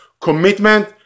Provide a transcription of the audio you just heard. commitment